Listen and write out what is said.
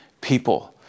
people